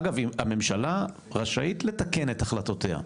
אגב הממשלה רשאית לתקן את החלטותיה,